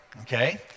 okay